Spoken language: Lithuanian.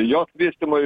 jos vystymui